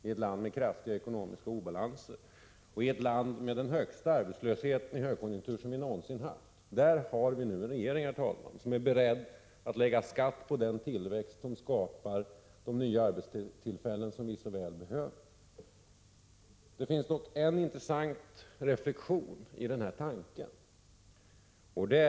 I ett land med kraftiga ekonomiska obalanser, i ett land med den högsta arbetslösheten någonsin i en högkonjunktur — där har vi nu en regering som är beredd att lägga skatt på den tillväxt som skapar de nya arbetstillfällen vi så väl behöver. Herr talman! Det finns dock en intressant reflexion man kan göra till den här tanken.